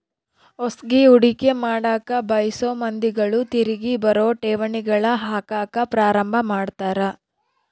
ಹೊಸದ್ಗಿ ಹೂಡಿಕೆ ಮಾಡಕ ಬಯಸೊ ಮಂದಿಗಳು ತಿರಿಗಿ ಬರೊ ಠೇವಣಿಗಳಗ ಹಾಕಕ ಪ್ರಾರಂಭ ಮಾಡ್ತರ